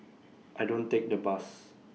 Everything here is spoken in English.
I don't take the bus